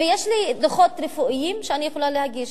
ויש לי דוחות רפואיים שאני יכולה להגיש.